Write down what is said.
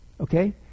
okay